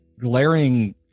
glaring